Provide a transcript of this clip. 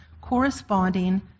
corresponding